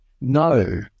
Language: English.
no